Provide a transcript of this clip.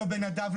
לא בנדב,